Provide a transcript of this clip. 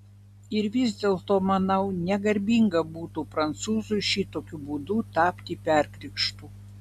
ir vis dėlto manau negarbinga būtų prancūzui šitokiu būdu tapti perkrikštu